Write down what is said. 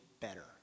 better